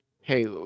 Hey